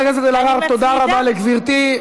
אלהרר, תודה רבה לגברתי.